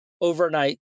overnight